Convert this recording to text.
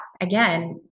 again